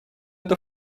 эта